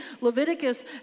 Leviticus